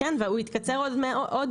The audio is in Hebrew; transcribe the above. כן, והוא התקצר עוד מאז.